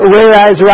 Whereas